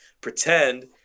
pretend